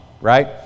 right